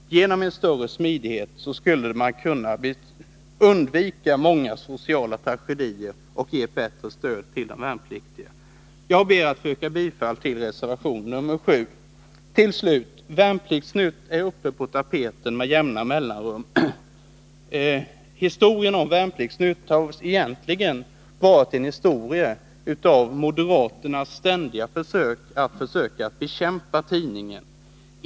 Genom en större smidighet skulle man ge ett bättre stöd till de värnpliktiga, varigenom många sociala tragedier kunde undvikas. Jag ber att få yrka bifall till reservation nr 7. Till slut: Värnplikts-Nytt är uppe på tapeten med jämna mellanrum. Historien om Värnplikts-Nytt har egentligen varit en historia om moderaternas ständiga försök att bekämpa tidningen.